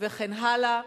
וכן הלאה,